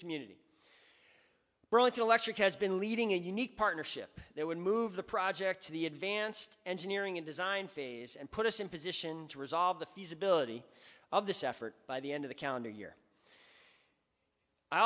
community brought to electric has been leading a unique partnership that would move the project to the advanced engineering and design phase and put us in position to resolve the feasibility of this effort by the end of the calendar year i